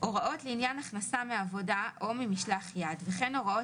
"הוראות לעניין הכנסה מעבודה או ממשלח יד וכן הוראות